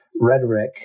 rhetoric